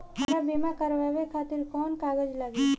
हमरा बीमा करावे खातिर कोवन कागज लागी?